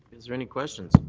is there any questions?